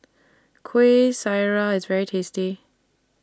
Kueh Syara IS very tasty